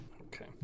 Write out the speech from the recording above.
Okay